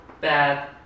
bad